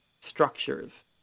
structures